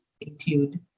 include